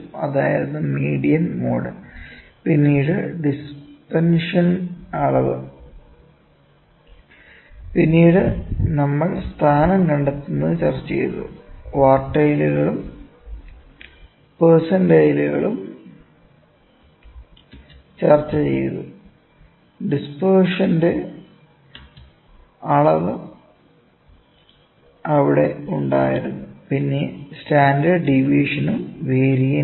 അതായിരുന്നു median mode പിന്നെ ഡിസ്പെൻഷന്റെ അളവ് പിന്നെ നമ്മൾ സ്ഥാനം കണ്ടെത്തുന്നത് ചർച്ചചെയ്തു ക്വാർട്ടൈലുകളും പെർസന്റൈലുകളും ചർച്ചചെയ്തു ഡിസ്പെൻഷന്റെ അളവ് അവിടെ ഉണ്ടായിരുന്നു പിന്നെ സ്റ്റാൻഡേർഡ് ഡീവിയേഷനും വേരിയൻസും